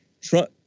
Trump